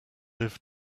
live